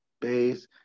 base